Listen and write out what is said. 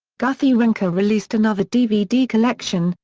guthy-renker released another dvd collection,